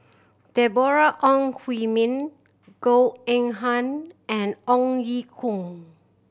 Deborah Ong Hui Min Goh Eng Han and Ong Ye Kung